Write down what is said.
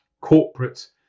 corporate